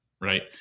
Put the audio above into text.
Right